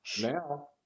Now